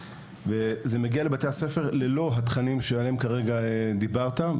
ספרי הלימוד מגיעים לבתי הספר ללא התכנים שעליהם כרגע דיברת,